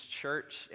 church